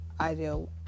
ideal